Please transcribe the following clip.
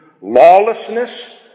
lawlessness